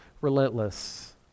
relentless